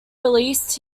released